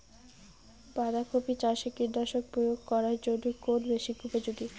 বাঁধা কপি চাষে কীটনাশক প্রয়োগ করার জন্য কোন মেশিন উপযোগী?